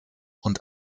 und